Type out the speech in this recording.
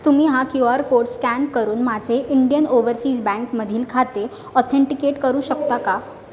तुम्ही हा Q R code scan करून माझे इंडियन ओवरसीज बँकमधील खाते ऑथेंटिकेट करू शकता का